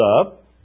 up